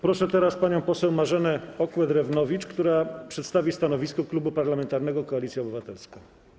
Proszę teraz panią poseł Marzenę Okła-Drewnowicz, która przedstawi stanowisko Klubu Parlamentarnego Koalicja Obywatelska.